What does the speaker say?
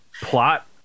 plot